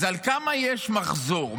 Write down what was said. אז על כמה יש מחזור?